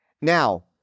Now